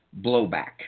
blowback